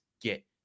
get